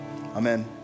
Amen